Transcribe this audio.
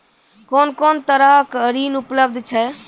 कून कून तरहक ऋण उपलब्ध छै?